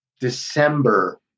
December